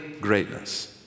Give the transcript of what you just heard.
greatness